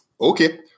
okay